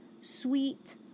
sweet